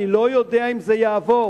אני לא יודע אם זה יעבור.